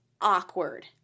awkward